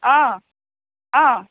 অঁ অঁ